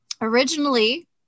originally